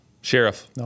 Sheriff